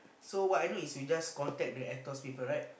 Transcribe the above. so what I know is you just contact the Aetos people right